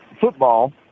football